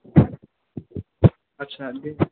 आटसा दे